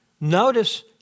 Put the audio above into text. notice